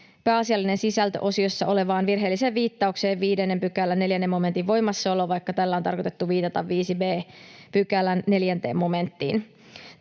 pääasiallinen sisältö -osiossa olevaan virheelliseen viittaukseen 5 §:n 4 momentin voimassaoloon, vaikka tällä on tarkoitettu viitata 5 b §:n 4 momenttiin.